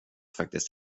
faktiskt